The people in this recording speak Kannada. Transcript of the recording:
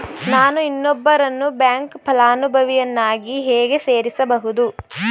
ನಾನು ಇನ್ನೊಬ್ಬರನ್ನು ಬ್ಯಾಂಕ್ ಫಲಾನುಭವಿಯನ್ನಾಗಿ ಹೇಗೆ ಸೇರಿಸಬಹುದು?